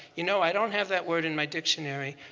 you know, i don't have that word in my dictionary.